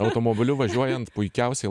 automobiliu važiuojant puikiausiai